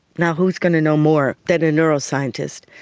now, who's going to know more than a neuroscientist?